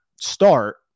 start